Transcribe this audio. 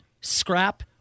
scrap